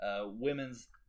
Women's